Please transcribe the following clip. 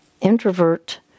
introvert